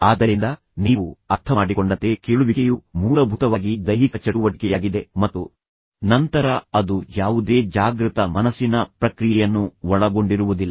ಆದ್ದರಿಂದ ನೀವು ಅರ್ಥಮಾಡಿಕೊಂಡಂತೆ ಕೇಳುವಿಕೆಯು ಮೂಲಭೂತವಾಗಿ ದೈಹಿಕ ಚಟುವಟಿಕೆಯಾಗಿದೆ ಮತ್ತು ನಂತರ ಅದು ಯಾವುದೇ ಜಾಗೃತ ಮನಸ್ಸಿನ ಪ್ರಕ್ರಿಯೆಯನ್ನು ಒಳಗೊಂಡಿರುವುದಿಲ್ಲ